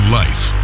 life